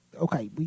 Okay